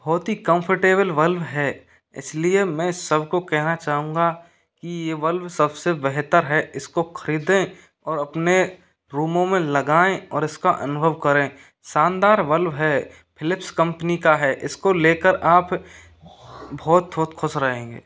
बहुत ही comfortable bulb है इसलिए मैं सबको कहना चाहूँगा कि ये बल्ब सबसे बेहतर है इसको खरीदे और अपने रूमों में लगाएँ और इसका अनुभव करें शानदार बल्ब है फ़िलिप्स कंपनी का है इसको लेकर आप बहुत बहुत खुश रहेंगे